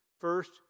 First